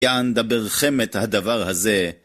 יען דברכם את הדבר הזה.